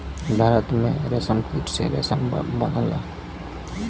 भारत में रेशमकीट से रेशम बनला